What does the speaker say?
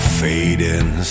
fading